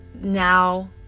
now